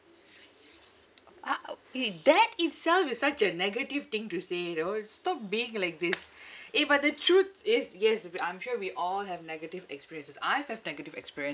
!wow! eh that itself is such a negative thing to say you know stop being like this eh but the truth is yes I'm sure we all have negative experiences I've have negative experiences